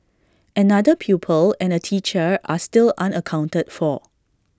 another pupil and A teacher are still unaccounted for